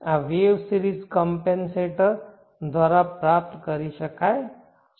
આ wave series compensation પ્રાપ્ત કરી શકાય છે